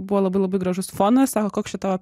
buvo labai labai gražus fonas sako koks čia tavo